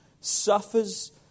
suffers